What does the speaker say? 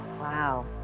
Wow